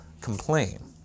complain